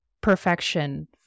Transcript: perfection